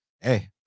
Hey